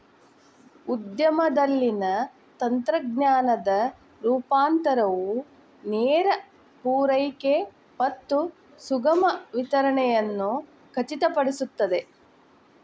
ಉದ್ಯಮದಲ್ಲಿನ ತಂತ್ರಜ್ಞಾನದ ರೂಪಾಂತರವು ನೇರ ಪೂರೈಕೆ ಮತ್ತು ಸುಗಮ ವಿತರಣೆಯನ್ನು ಖಚಿತಪಡಿಸುತ್ತದೆ